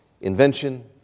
invention